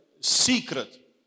secret